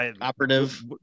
Operative